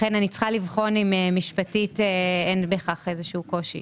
לכן אני צריכה לבחון אם משפטית אין בכך איזשהו קושי.